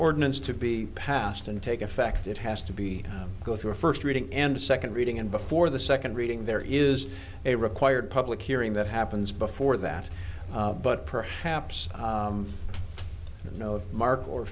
ordinance to be passed and take effect it has to be go through a first reading and a second reading and before the second reading there is a required public hearing that happens before that but perhaps no mark or